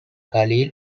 khalil